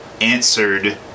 answered